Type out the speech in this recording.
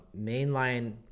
mainline